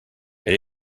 elle